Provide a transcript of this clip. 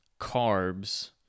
Carbs